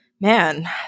man